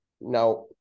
now